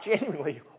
genuinely